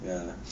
ya